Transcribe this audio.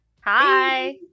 Hi